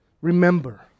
Remember